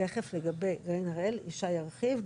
תכף לגבי גרעין הראל ישי ירחיב,